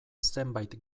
zenbait